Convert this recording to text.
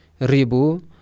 Ribu